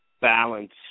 balance